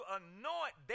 anoint